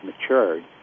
matured